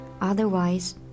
otherwise